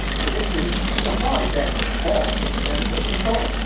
prediction supplies that false sense of control.